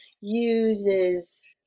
uses